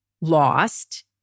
lost